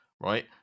right